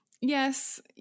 yes